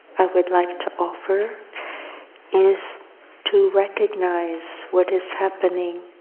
we'd like to offer is to recognize what is happening